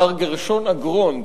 מר גרשון אגרון,